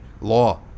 law